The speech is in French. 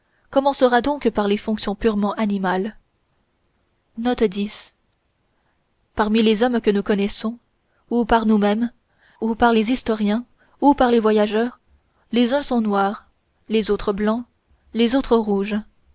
parmi les hommes que nous connaissons ou par nous-mêmes ou par les historiens ou par les voyageurs les uns sont noirs les autres blancs les autres rouges